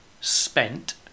spent